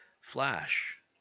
Flash